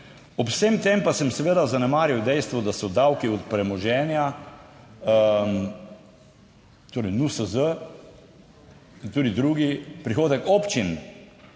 Ob vsem tem pa sem seveda zanemaril dejstvo, da so davki od premoženja torej NUSZ in tudi drugi prihodek občin,